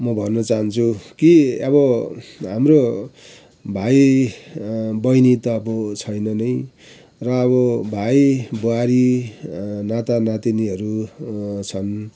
म भन्नु चाहन्छु कि अब हाम्रो भाइ बहिनी त अब छैन नै र अब भाइ बुहारी नाता नतिनीहरू छन्